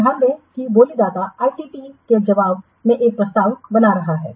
तो ध्यान दें कि बोलीदाता ITT के जवाब में एक प्रस्ताव बना रहा है